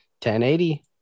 1080